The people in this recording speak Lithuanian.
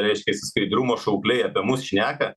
reiškiasi skaidrumo šaukliai apie mus šneka